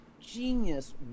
genius